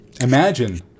Imagine